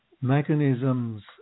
mechanisms